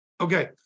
Okay